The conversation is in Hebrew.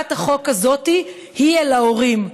בהצעת החוק הזאת היא אל ההורים: